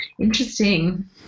interesting